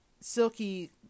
silky